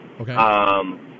Okay